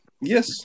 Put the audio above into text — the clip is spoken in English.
Yes